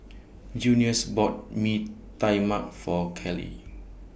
Junius bought Mee Tai Mak For Callie